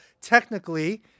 technically